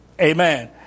Amen